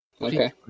Okay